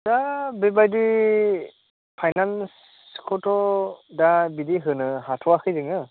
दा बेबायदि फाइनेन्स'खौथ' दा बिदि होनो हाथ'वाखै जोङो